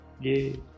Yay